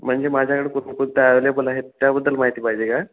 म्हणजे माझ्याकडे कोणत्या कोणत्या एव्हेलेबल आहेत त्याबद्दल माहिती पाहिजे का